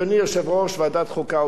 אדוני יושב-ראש ועדת החוקה,